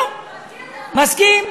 לכולם, מסכים.